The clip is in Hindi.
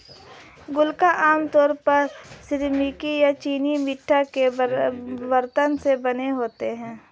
गुल्लक आमतौर पर सिरेमिक या चीनी मिट्टी के बरतन से बने होते हैं